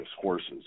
horses